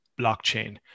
blockchain